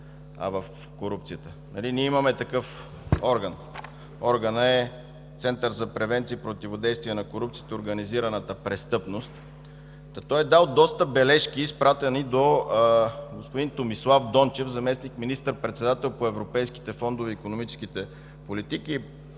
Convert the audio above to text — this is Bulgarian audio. в корупцията. Нали имаме такъв орган?! Органът е Център за превенция и противодействие на корупцията и организираната престъпност. Та той е дал доста бележки, изпратени до господин Томислав Дончев – заместник-министър председател по европейските фондове и икономическите политики.